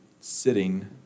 sitting